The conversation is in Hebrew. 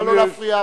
נא לא להפריע.